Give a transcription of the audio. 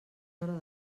hora